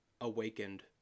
awakened